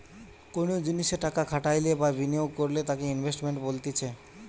কোনো জিনিসে টাকা খাটাইলে বা বিনিয়োগ করলে তাকে ইনভেস্টমেন্ট বলতিছে